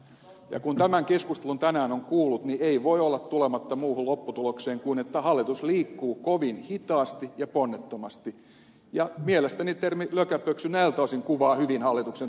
ja kun tämän keskustelun tänään on kuullut niin ei voi olla tulematta muuhun lopputulokseen kuin siihen että hallitus liikkuu kovin hitaasti ja ponnettomasti ja mielestäni termi lökäpöksy näiltä osin kuvaa hyvin hallituksen toimintaa